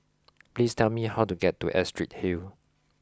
please tell me how to get to Astrid Hill